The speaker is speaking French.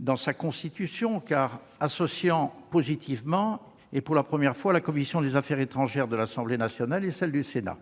dans sa constitution, car associant positivement les commissions des affaires étrangères de l'Assemblée nationale et du Sénat.